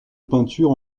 peinture